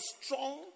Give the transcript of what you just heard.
strong